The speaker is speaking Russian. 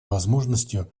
возможностью